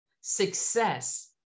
success